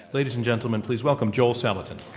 ladies and gentlemen, please welcome joel salatin.